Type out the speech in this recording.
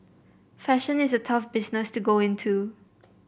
fashion is a tough business to go into